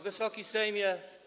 Wysoki Sejmie!